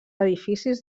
edificis